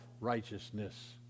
righteousness